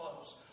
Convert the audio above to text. close